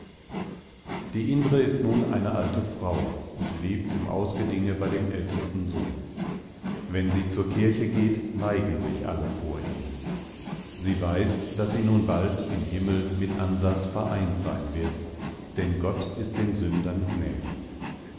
die indre ist nun eine alte frau und lebt im ausgedinge bei dem ältesten sohn wenn sie zur kirche geht neigen sich alle vor ihr sie weiß daß sie nun bald im himmel mit ansas vereint sein wird denn gott ist den sündern gnädig